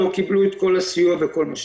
הם לא קיבלו את כל הסיוע וכל מה שצריך.